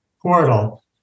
portal